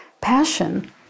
passion